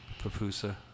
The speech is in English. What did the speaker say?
papusa